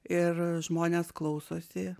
ir žmonės klausosi